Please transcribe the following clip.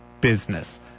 business